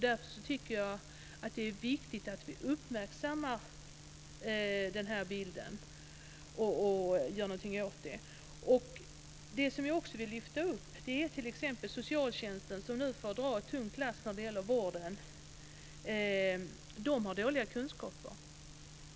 Därför tycker jag att det är viktigt att vi uppmärksammar den här bilden och gör något åt det här. Det jag också vill lyfta upp är t.ex. socialtjänsten. Den får nu dra ett tungt lass när det gäller vården. Den har dåliga kunskaper.